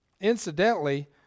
incidentally